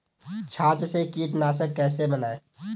छाछ से कीटनाशक कैसे बनाएँ?